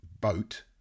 boat